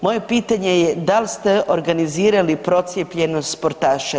Moje pitanje je, da li ste organizirali procijepljenost sportaša?